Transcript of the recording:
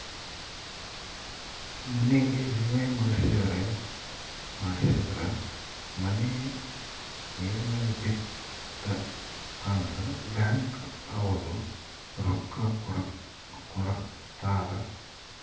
ಮನಿಗೇ ವಿಮೆ ಮಾಡ್ಸಿದ್ರ ಮನೇ ಯೆನರ ಬಿತ್ ಅಂದ್ರ ಬ್ಯಾಂಕ್ ಅವ್ರು ರೊಕ್ಕ ಕೋಡತರಾ